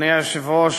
אדוני היושב-ראש,